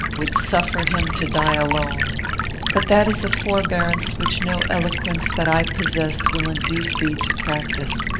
would suffer him to die alone but that is a forbearance which no eloquence that i possess will induce thee to practise.